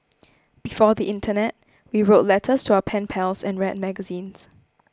before the internet we wrote letters to our pen pals and read magazines